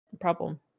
problem